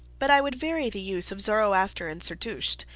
but i would vary the use of zoroaster and zerdusht,